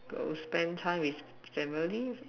go spend time with family is it